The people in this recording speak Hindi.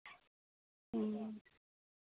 ह्म्म